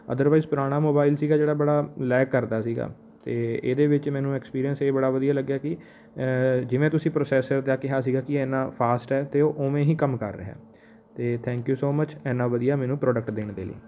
otherwise ਪੁਰਾਣਾ mobile ਸੀਗਾ ਜਿਹੜਾ ਬੜਾ ਲੈਕ ਕਰਦਾ ਸੀਗਾ ਅਤੇ ਇਹਦੇ ਵਿੱਚ ਮੈਨੂੰ ਐਕਸਪੀਰੀਅੰਸ ਇਹ ਬੜਾ ਵਧੀਆ ਲੱਗਿਆ ਕਿ ਜਿਵੇਂ ਤੁਸੀਂ ਪ੍ਰੋਸੈਸਰ ਦਾ ਕਿਹਾ ਸੀਗਾ ਕਿ ਇੰਨਾ ਫਾਸਟ ਹੈ ਅਤੇ ਉਵੇਂ ਹੀ ਕੰਮ ਕਰ ਰਿਹਾ ਅਤੇ ਥੈਂਕ ਯੂ ਸੋ ਮੱਚ ਐਨਾ ਵਧੀਆ ਮੈਨੂੰ ਪ੍ਰੋਡਕਟ ਦੇਣ ਦੇ ਲਈ